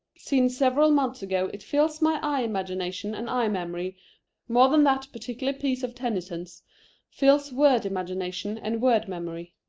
seen several months ago it fills my eye-imagination and eye-memory more than that particular piece of tennyson's fills word-imagination and word-memory.